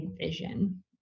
vision